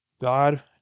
God